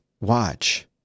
watch